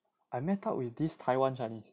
I met up with this taiwan chinese